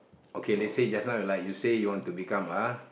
okay they say just now like you say you want to become a